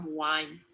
wine